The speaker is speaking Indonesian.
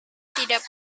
tidak